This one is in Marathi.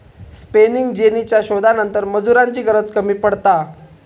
स्पेनिंग जेनीच्या शोधानंतर मजुरांची गरज कमी पडता